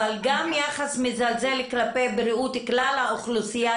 אבל גם יחס מזלזל כלפי בריאות כלל האוכלוסייה,